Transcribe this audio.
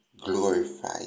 glorify